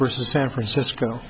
versus san francisco